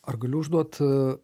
ar galiu užduot